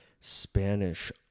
Spanish